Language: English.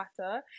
matter